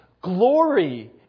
glory